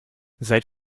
seit